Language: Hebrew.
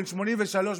בן 83,